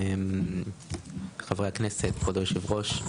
חברי הכנסת, כבוד היושב-ראש.